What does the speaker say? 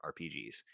RPGs